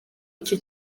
icyo